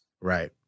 Right